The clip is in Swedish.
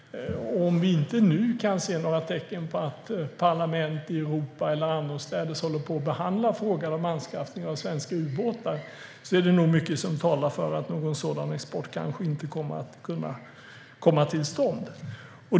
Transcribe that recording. Om vi inte nu kan se några tecken på att parlament i Europa eller annorstädes håller på att behandla frågan om anskaffning av svenska ubåtar är det nog mycket som talar för att någon sådan export kanske inte kommer att kunna komma till stånd.